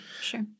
sure